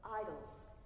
idols